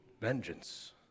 Vengeance